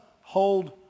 hold